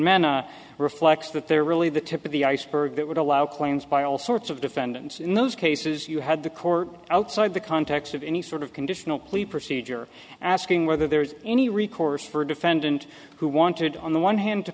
men reflects that they're really the tip of the iceberg that would allow claims by all sorts of defendants in those cases you had the court outside the context of any sort of conditional police procedure asking whether there is any recourse for a defendant who wanted on the one hand to